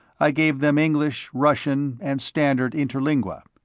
i gave them english, russian, and standard interlingua.